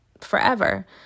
forever